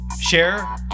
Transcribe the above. Share